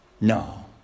No